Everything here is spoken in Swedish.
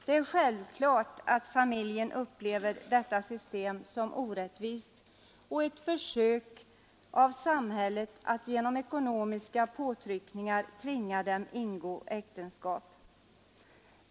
Det är självklart att familjen upplever detta system som orättvist och som ett försök av samhället att genom ekonomiska påtryckningar tvinga dem att ingå äktenskap.